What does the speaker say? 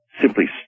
simply